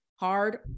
hard